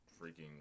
freaking